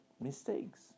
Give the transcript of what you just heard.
mistakes